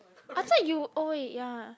I thought you oh wait yeah